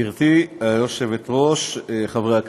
גברתי היושבת-ראש, חברי הכנסת,